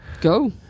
Go